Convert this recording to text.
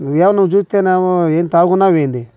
ఏమి నువ్వు చూస్తేనేమో ఏం తగున్నావా ఏంది